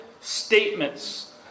statements